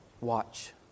watch